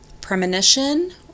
premonition